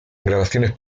grabaciones